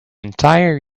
entire